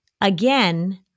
again